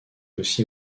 aussi